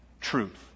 truth